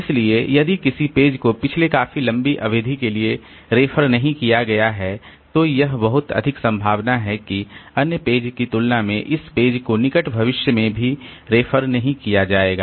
इसलिए यदि किसी पेज को पिछले काफी लंबी अवधि के लिए रेफर नहीं किया गया है तो यह बहुत अधिक संभावना है कि अन्य पेज की तुलना में इस पेज को निकट भविष्य में भी रेफर नहीं किया जाएगा